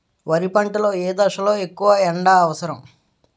వరి పంట లో ఏ దశ లొ ఎక్కువ ఎండా అవసరం?